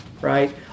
right